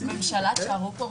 הישיבה ננעלה בשעה 11:50.